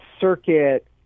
Circuit